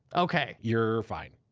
okay. you're fine.